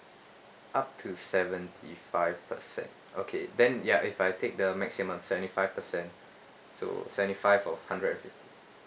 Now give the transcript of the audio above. up to seventy five percent okay then ya if I take the maximum seventy five percent so seventy five of hundred and fif~